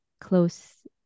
close